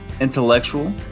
intellectual